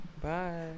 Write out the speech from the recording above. bye